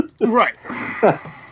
Right